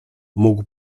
mógł